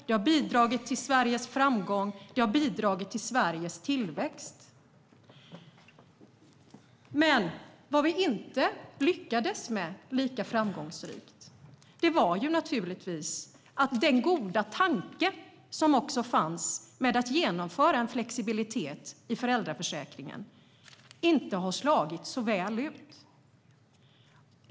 Det har bidragit till Sveriges framgång och till Sveriges tillväxt. Vi har inte lyckats lika bra när det gäller den goda tanken som fanns med att genomföra en flexibilitet i föräldraförsäkringen. Denna flexibilitet har inte slagit så väl ut.